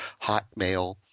Hotmail